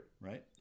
right